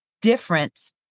different